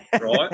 right